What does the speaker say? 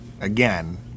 again